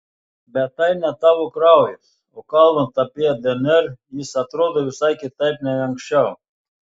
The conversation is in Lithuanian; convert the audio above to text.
bet tai ne tavo kraujas o kalbant apie dnr jis atrodo visai kitaip nei anksčiau